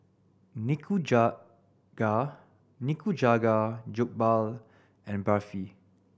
Nikujaga Nikujaga Jokbal and Barfi